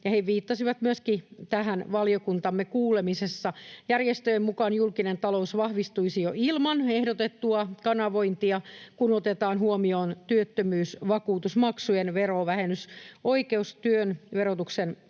he viittasivat myöskin tähän valiokuntamme kuulemisessa. Järjestöjen mukaan julkinen talous vahvistuisi jo ilman ehdotettua kanavointia, kun otetaan huomioon työttömyysvakuutusmaksujen verovähennysoikeus, työn verotuksen